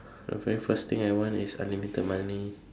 the very first thing I want is unlimited money